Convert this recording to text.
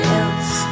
else